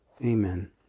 Amen